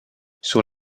sur